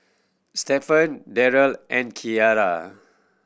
Stephen Derrell and Kiarra